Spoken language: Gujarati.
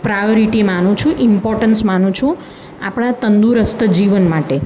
પ્રાયોરિટી માનું છું ઇમ્પોર્ટનસ માનું છું આપણા તંદુરસ્ત જીવન માટે